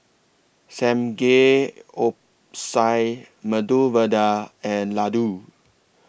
Samgeyopsal Medu Vada and Ladoo